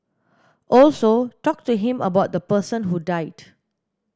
also talk to him about the person who died